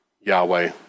Yahweh